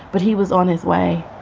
but he was on his way.